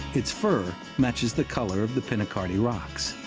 its fur matches the color of the pinacate rocks.